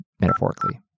metaphorically